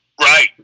Right